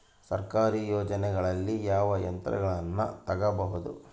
ಸರ್ಕಾರಿ ಯೋಜನೆಗಳಲ್ಲಿ ಯಾವ ಯಂತ್ರಗಳನ್ನ ತಗಬಹುದು?